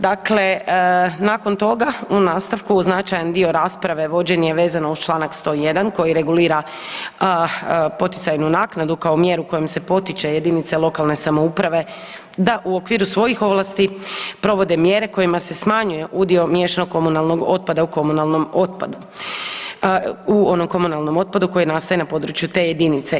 Dakle, nakon toga u nastavku značajan dio rasprave vođen je vezano uz čl. 101. koji regulira poticajnu naknadu kao mjeru kojom se potiče jedinice lokalne samouprave da u okviru svojih ovlasti provode mjere kojima se smanjuje udio miješanog komunalnog otpada u komunalnom otpadu koji nastaje na području te jedinice.